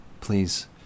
Please